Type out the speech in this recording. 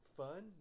fun